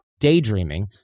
daydreaming